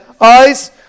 eyes